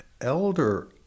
elder